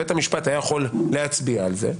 בית המשפט היה יכול להצביע על זה,